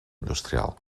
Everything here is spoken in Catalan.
industrial